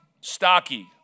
stocky